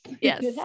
Yes